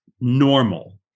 normal